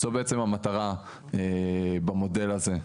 זו בעצם המטרה במודל הזה.